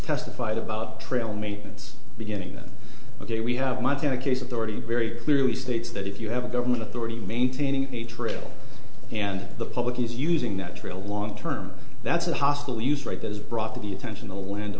testified about trail maintenance beginning that ok we have montana case of the already very clearly states that if you have a government authority maintaining a trail and the public is using that to a long term that's a hostile use right that is brought to the attention the landow